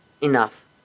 enough